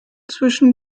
zwischen